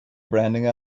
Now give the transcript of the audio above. branding